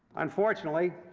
unfortunately,